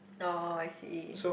orh I see